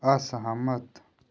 असहमत